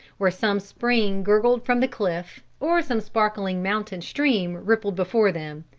where some spring gurgled from the cliff, or some sparkling mountain stream rippled before them.